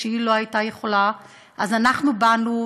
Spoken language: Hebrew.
וכשהיא לא יכלה אז אנחנו באנו,